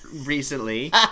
recently